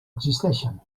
existeixen